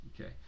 Okay